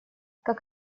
как